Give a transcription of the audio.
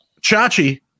Chachi